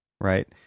Right